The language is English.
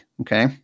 okay